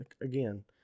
again